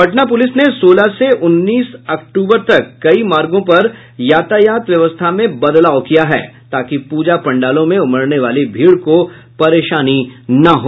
Patna police ने सोलह से उन्नीस अक्टूबर तक कई मार्गो पर यातायात व्यवस्था में बदलाव किया है ताकि पूजा पंडालों में उमड़ने वाले भीड़ को परेशानी नहीं हो